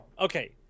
Okay